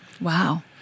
Wow